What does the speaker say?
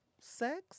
sex